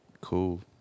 cool